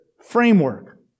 framework